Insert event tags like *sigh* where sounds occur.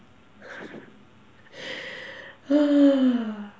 *laughs* *noise*